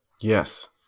Yes